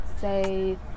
say